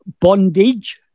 bondage